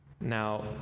Now